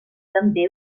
també